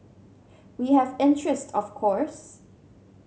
we have interest of course